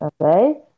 okay